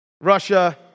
Russia